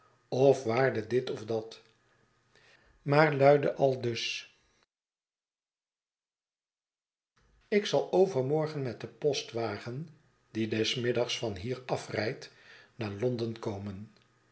of waarde dit of dat maar luidde aldus ik zal overmorgen met den postwagen die des middags van hier afrijdt naar lo nden komen